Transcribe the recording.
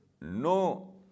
no